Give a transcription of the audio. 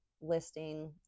listing